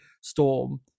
storm